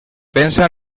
pensa